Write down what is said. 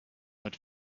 but